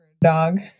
dog